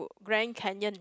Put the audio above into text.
Grand Canyon